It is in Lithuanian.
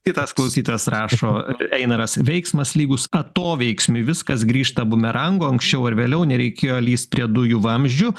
kitas klausytojas rašo einaras veiksmas lygus atoveiksmiui viskas grįžta bumerangu anksčiau ar vėliau nereikėjo lįst prie dujų vamzdžių